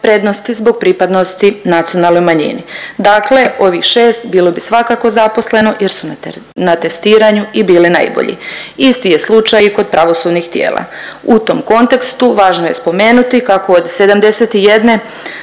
prednosti zbog pripadnosti nacionalnoj manjini. Dakle, ovih 6 bilo bi svakako zaposleno jer su na testiranju i bili najbolji. Isti je slučaj i kod pravosudnih tijela. U tom kontekstu važno je spomenuti kako od 71